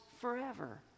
forever